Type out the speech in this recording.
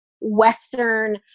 Western